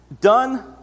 done